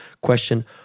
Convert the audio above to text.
Question